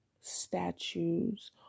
statues